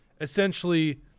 essentially